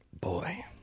Boy